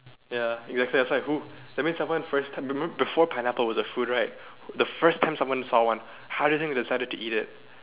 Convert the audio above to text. ya that's why that's why who that means someone first time remember before pineapple was a food right the first time someone saw one how did they decide to eat it